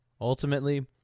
Ultimately